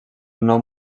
nom